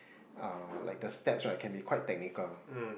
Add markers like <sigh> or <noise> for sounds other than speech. uh like the steps right can be quite technical lah <breath>